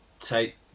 take